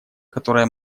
которая